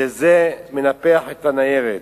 וזה מנפח את הניירת.